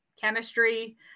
chemistry